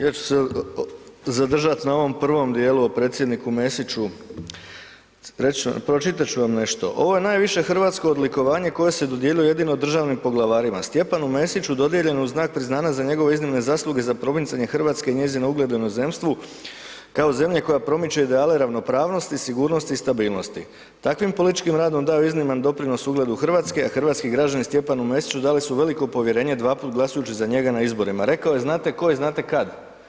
Ja ću se zadržat na ovom prvom dijelu o predsjedniku Mesiću, reći ću vam, pročitat ću vam nešto, ovo je najviše hrvatsko odlikovanje koje se dodjeljuje jedino državnim poglavarima, Stjepanu Mesiću dodijeljeno uz znak priznanja za njegove iznimne zasluge za promicanje RH i njezin ugled u inozemstvu kao zemlje koja promiče ideale i ravnopravnost i sigurnost i stabilnosti, takvim političkim radom daje izniman doprinos ugledu RH, a hrvatski građani Stjepanu Mesiću dali su veliko povjerenje dva put glasajući za njega na izborima, rekao je znate tko i znate kad.